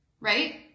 right